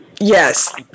yes